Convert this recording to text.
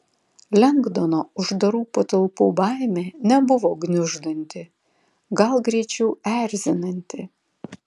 lengdono uždarų patalpų baimė nebuvo gniuždanti gal greičiau erzinanti